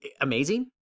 amazing